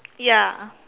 ya